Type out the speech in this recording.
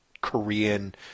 Korean